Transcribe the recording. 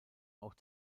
auch